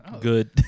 Good